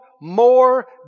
more